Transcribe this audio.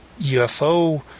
UFO